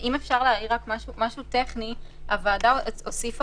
אם אפשר להעיר הערה טכנית הוועדה הוסיפה